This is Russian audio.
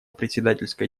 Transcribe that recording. председательской